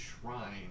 shrine